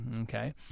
okay